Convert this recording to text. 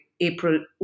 April